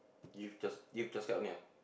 give C_H~ give C_H_A_S card only ah